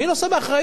מי נושא באחריות.